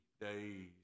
days